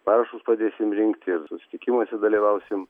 parašus pradėsim rinkti ir susitikimuose dalyvausim